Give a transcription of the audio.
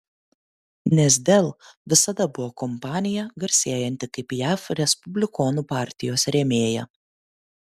nes dell visada buvo kompanija garsėjanti kaip jav respublikonų partijos rėmėja